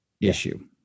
issue